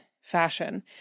fashion